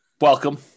welcome